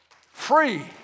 free